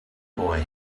boy